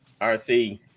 RC